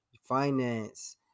finance